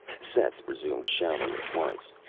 seth resumed shouting at once.